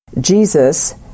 Jesus